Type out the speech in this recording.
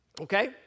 okay